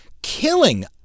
Killing